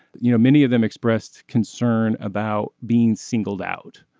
you know many of them expressed concern about being singled out.